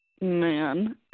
Man